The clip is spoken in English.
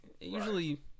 Usually